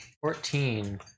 Fourteen